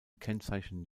kennzeichnen